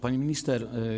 Pani Minister!